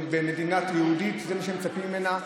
במדינה יהודית זה מה שמצפים ממנה,